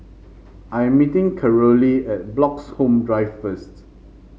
I am meeting Carolee at Bloxhome Drive first